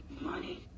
money